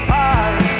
time